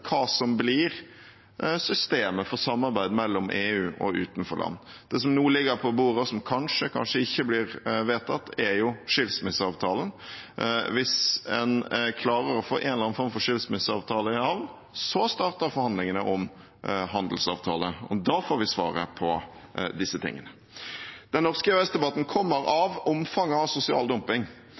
hva som blir systemet for samarbeid mellom EU og utenforland. Det som nå ligger på bordet, og som kanskje – kanskje ikke – blir vedtatt, er jo skilsmisseavtalen. Hvis en klarer å få en eller annen form for skilsmisseavtale i havn, da starter forhandlingene om en handelsavtale. Og da får vi svaret på disse tingene. Den norske EØS-debatten kommer av omfanget av sosial dumping